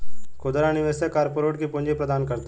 खुदरा निवेशक कारपोरेट को पूंजी प्रदान करता है